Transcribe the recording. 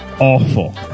awful